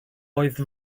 oedd